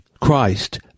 Christ